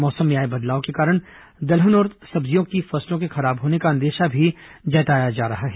मौसम में आए बदलाव के कारण दलहन और सब्जियों की फसलों के खराब होने का अंदेशा भी जताया जा रहा है